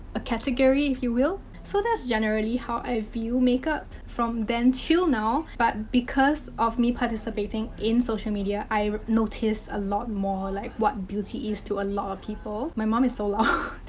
a category, if you will. so, that's generally how i view makeup from then till now, but, because of me participating in social media, i notice a lot more like what beauty is to a lot of people. my mom is so loud.